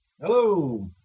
Hello